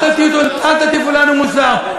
אל תטיפו לנו מוסר.